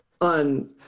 on